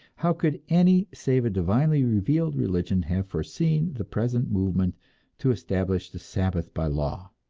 how could any save a divinely revealed religion have foreseen the present movement to establish the sabbath by law?